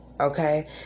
Okay